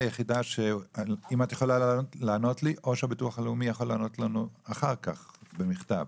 או שביטוח לאומי יענה לנו עליה אחר כך, במכתב: